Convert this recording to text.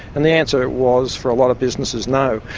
and the answer was, for a lot of businesses, no.